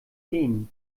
ehen